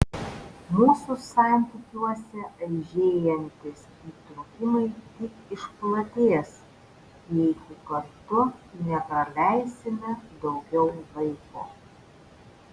mūsų santykiuose aižėjantys įtrūkimai tik išplatės jeigu kartu nepraleisime daugiau laiko